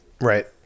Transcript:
Right